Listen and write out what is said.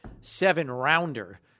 Seven-rounder